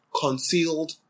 concealed